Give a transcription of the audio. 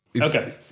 okay